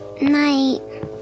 Night